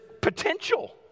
potential